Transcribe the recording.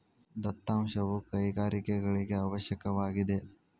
ದತ್ತಾಂಶವು ಕೈಗಾರಿಕೆಗಳಿಗೆ ಅವಶ್ಯಕವಾಗಿದೆ